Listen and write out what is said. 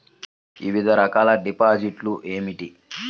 వివిధ రకాల డిపాజిట్లు ఏమిటీ?